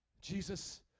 Jesus